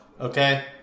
okay